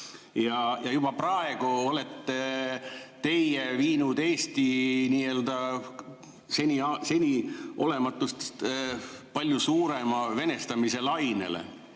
Juba praegu olete te viinud Eesti nii-öelda senisest palju suurema venestamise lainele.